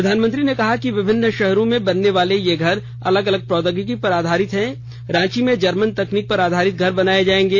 प्रधानमंत्री ने कहा कि विभिन्न शहरों में बनने वाले ये घर अलग अलग प्रौद्योगिकी पर आधारित हैं रांची में जर्मन तकनीक पर आधारित घर बनाए जाएंगे